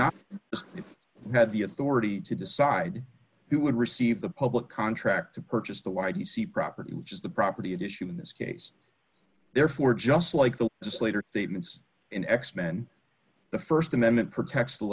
you had the authority to decide who would receive the public contract to purchase the why do you see property which is the property at issue in this case therefore just like the just later statements in x men the st amendment protects the